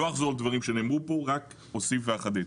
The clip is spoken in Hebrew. לא אחזור על דברים שנאמרו פה, רק אוסיף ואחדד.